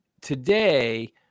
today